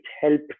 help